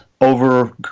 over